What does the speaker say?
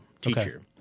teacher